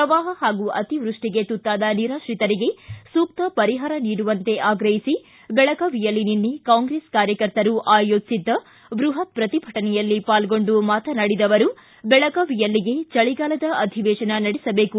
ಪ್ರವಾಹ ಹಾಗೂ ಅತಿವೃಷ್ಟಿಗೆ ತುತ್ತಾದ ನಿರಾತ್ರಿತರಿಗೆ ಸೂಕ್ತ ಪರಿಹಾರ ನೀಡುವಂತೆ ಆಗ್ರಹಿಸಿ ಬೆಳಗಾವಿಯಲ್ಲಿ ನಿನ್ನೆ ಕಾಂಗ್ರೆಸ್ ಕಾರ್ಯಕರ್ತರು ಆಯೋಜಿಸಿದ್ದ ಬೃಹತ್ ಪ್ರತಿಭಟನೆಯಲ್ಲಿ ಪಾಲ್ಗೊಂಡು ಮಾತನಾಡಿದ ಅವರು ಬೆಳಗಾವಿಯಲ್ಲಿಯೇ ಚಳಿಗಾಲದ ಅಧಿವೇಶನ ನಡೆಸಬೇಕು